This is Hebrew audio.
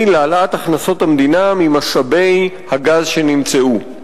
להעלאת הכנסות המדינה ממשאבי הגז שנמצאו.